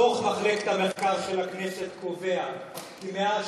דוח מחלקת המחקר והמידע של הכנסת קובע כי מאז